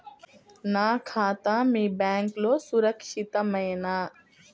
నా ఖాతా మీ బ్యాంక్లో సురక్షితమేనా?